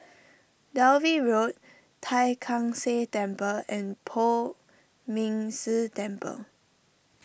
Dalvey Road Tai Kak Seah Temple and Poh Ming Tse Temple